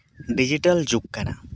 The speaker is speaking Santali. ᱰᱤᱡᱤᱴᱟᱞ ᱡᱩᱜᱽ ᱠᱟᱱᱟ